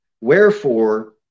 Wherefore